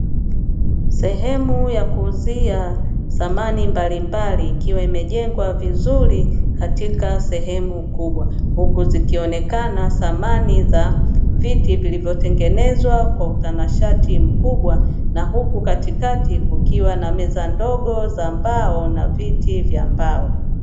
Sehemu ya kuuzia samani mbalimbali ikiwa imejengwa vizuri katika sehemu kubwa, huku zikionekana samani za viti vilivyotengenezwa kwa utanashati mkubwa na huku katikati kukiwa na meza ndogo za mbao na viti vya mbao.